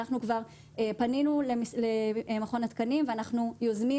אנחנו כבר פנינו למכון התקנים ואנחנו יוזמים